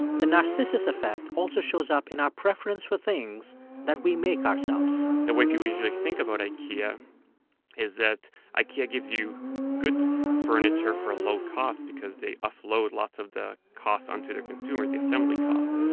the narcissus effect also shows up in our preference for things that we make ourselves the way people usually think about ikea is that ikea gives you good furniture for a low cost because they offload lots of the costs onto their consumer the assembly costs.